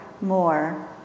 more